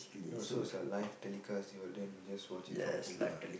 oh so it's a live telecast it will then you just watch it from home lah